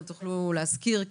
גם תוכלו להזכיר את זה,